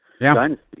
dynasty